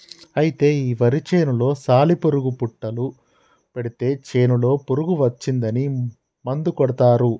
అయితే ఈ వరి చేనులో సాలి పురుగు పుట్టులు పడితే చేనులో పురుగు వచ్చిందని మందు కొడతారు